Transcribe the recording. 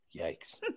Yikes